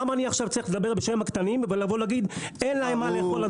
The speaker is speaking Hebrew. למה אני עכשיו צריך לדבר בשם הקטנים ולבוא להגיד שאין להם מה לאכול,